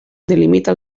delimita